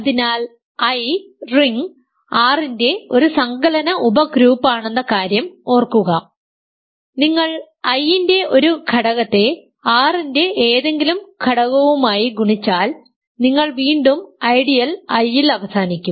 അതിനാൽ I ring R ന്റെ ഒരു സങ്കലന ഉപഗ്രൂപ്പാണെന്ന കാര്യം ഓർക്കുക നിങ്ങൾ I ന്റെ ഒരു ഘടകത്തെ R ന്റെ ഏതെങ്കിലും ഘടകവുമായി ഗുണിച്ചാൽ നിങ്ങൾ വീണ്ടും ഐഡിയൽ I ൽ അവസാനിക്കും